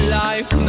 life